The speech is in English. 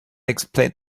explained